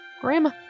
Grandma